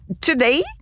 today